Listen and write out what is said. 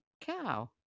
cow